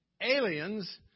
Aliens